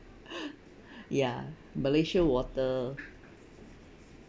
ya malaysia water